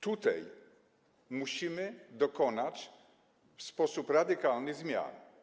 Tutaj musimy dokonać w sposób radykalny zmian.